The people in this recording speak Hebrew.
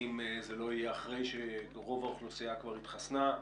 אם זה לא יהיה אחרי שרוב האוכלוסייה כבר התחסנה.